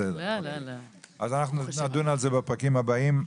נדון על זה בפרקים הבאים,